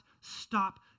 stop